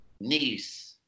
niece